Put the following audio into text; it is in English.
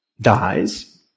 dies